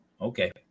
Okay